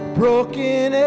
broken